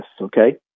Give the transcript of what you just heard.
Okay